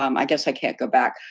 um i guess i can't go back.